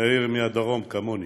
מאיר מהדרום, כמוני.